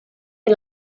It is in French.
est